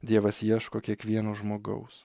dievas ieško kiekvieno žmogaus